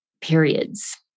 periods